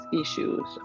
issues